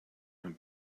not